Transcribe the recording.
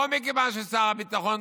לא מכיוון ששר הביטחון